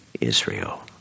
Israel